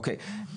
אוקיי.